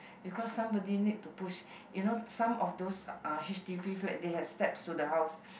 because somebody need to push you know some of those uh H_D_B flats they have steps to the house